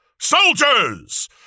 Soldiers